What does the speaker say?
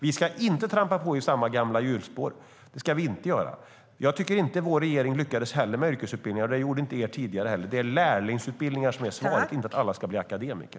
Vi ska inte trampa på i samma gamla hjulspår. Det ska vi inte göra. Jag tycker inte att vår regering lyckades med yrkesutbildningarna, men det gjorde inte er förra regering heller. Det är lärlingsutbildningar som är svaret, inte att alla ska bli akademiker.